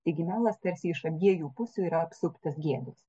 taigi melas tarsi iš abiejų pusių yra apsuptas gėdos